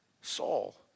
Saul